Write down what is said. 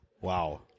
Wow